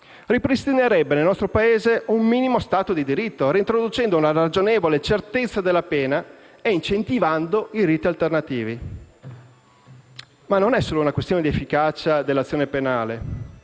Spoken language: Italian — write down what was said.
ripristinerebbe nel nostro Paese un minimo Stato di diritto, reintroducendo una ragionevole certezza della pena e incentivando i riti alternativi. Ma non é solo una questione di efficacia dell'azione penale.